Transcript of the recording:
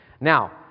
now